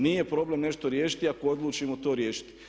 Nije problem nešto riješiti ako odlučimo to riješiti.